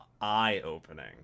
eye-opening